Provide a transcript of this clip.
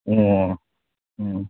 ꯑꯣ ꯎꯝ